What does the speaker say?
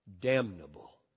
damnable